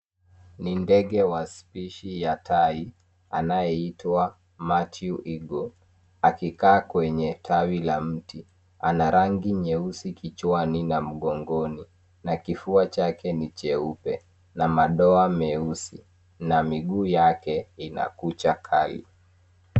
Ni ndege wa spishi ya Tai, anayeitwa Matthew Igo. Akikaa kwenye tawi la mti, ana rangi nyeusi kichwani na mgongoni, na kifua chake ni cheupe na madoa meusi, na miguu yake ina kucha kali.